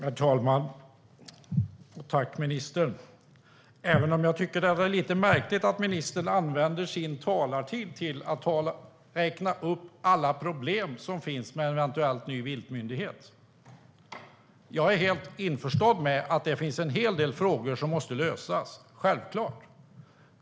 Herr talman! Jag tackar ministern, även om jag tycker att det är lite märkligt att ministern använder sin talartid till att räkna upp alla problem som finns med en eventuell ny viltmyndighet. Jag är självklart helt införstådd med att det finns en hel del frågor som måste lösas.